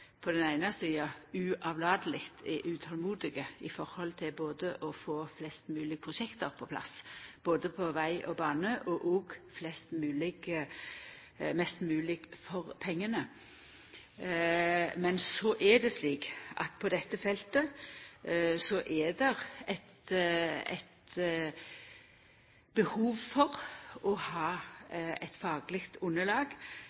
på den eine sida uavlateleg er utolmodig med omsyn til både å få flest mogleg prosjekt på plass – både på veg og på bane – og å få mest mogleg for pengane. Men så er det slik at på dette feltet er det eit behov for å ha eit fagleg underlag